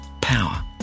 power